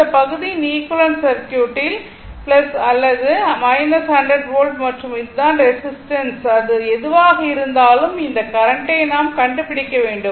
இந்த பகுதியின் ஈக்விவலெண்ட் சர்க்யூட்டில் அல்லது 100 வோல்ட் மற்றும் இதுதான் ரெசிஸ்டன்ஸ் அது எதுவாக இருந்தாலும் அந்த கரண்ட்டை நாம் கண்டுபிடிக்க வேண்டும்